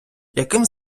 яким